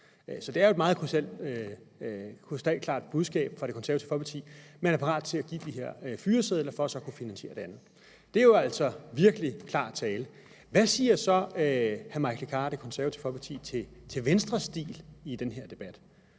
Så det er jo et meget krystalklart budskab, der kommer fra Det Konservative Folkeparti, altså at man er parat til at give de her fyresedler for at kunne finansiere det andet. Det er jo virkelig klar tale. Hvad siger hr. Mike Legarth og Det Konservative Folkeparti så til Venstres stil i den her debat?